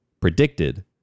predicted